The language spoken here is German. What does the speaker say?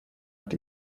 hat